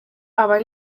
aba